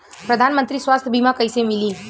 प्रधानमंत्री स्वास्थ्य बीमा कइसे मिली?